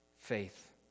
faith